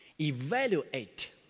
Evaluate